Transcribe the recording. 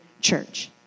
church